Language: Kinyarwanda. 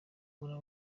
ubona